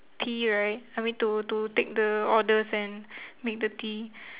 tea right I mean to to take the orders and make the tea